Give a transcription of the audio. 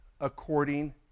according